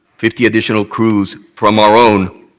fifty additional crews from our own